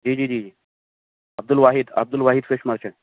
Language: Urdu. جی جی جی عبد الواحد عبد الواحد ففش مارکیٹ